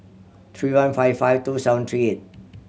three one five five two seven three eight